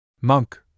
Monk